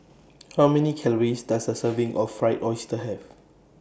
How Many Calories Does A Serving of Fried Oyster Have